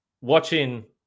watching